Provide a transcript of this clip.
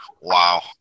Wow